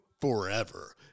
forever